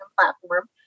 platform